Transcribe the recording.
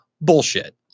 Bullshit